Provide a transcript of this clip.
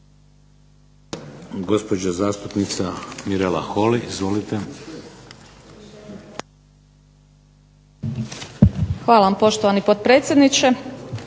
Hvala vam, poštovani potpredsjedniče.